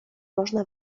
można